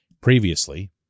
previously